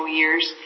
years